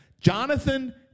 Jonathan